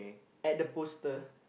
at the poster